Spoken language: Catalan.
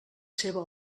seva